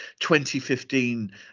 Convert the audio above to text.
2015